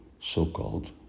so-called